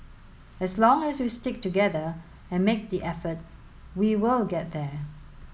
as long as we stick together and make the effort we will get there